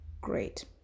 great